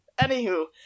Anywho